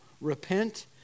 repent